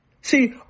See